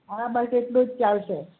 હા બસ એટલું જ ચાલશે